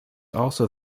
also